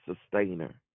sustainer